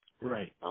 Right